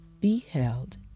beheld